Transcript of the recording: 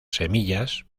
semillas